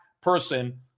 person